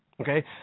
Okay